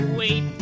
wait